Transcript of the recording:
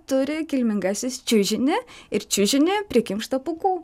turi kilmingasis čiužinį ir čiužinį prikimštą pūkų